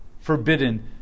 forbidden